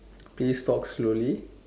please talk slowly